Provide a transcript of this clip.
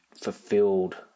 fulfilled